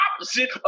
opposite